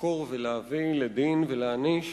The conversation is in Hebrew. לחקור ולהביא לדין ולהעניש